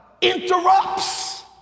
interrupts